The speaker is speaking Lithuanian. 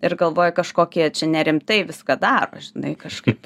ir galvoji kažkoki jie čia nerimtai viską daro žinai kažkaip